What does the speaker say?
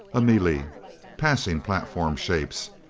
a melee. passing platform shapes.